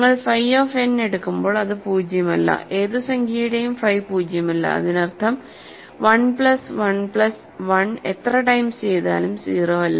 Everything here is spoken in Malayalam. നിങ്ങൾ ഫൈ ഓഫ് n എടുക്കുമ്പോൾ അത് പൂജ്യമല്ല ഏത് സംഖ്യയുടെയും ഫൈ പൂജ്യമല്ല അതിനർത്ഥം 1 പ്ലസ് 1 പ്ലസ് 1 ഏത്ര ടൈംസ് ചെയ്താലും 0 അല്ല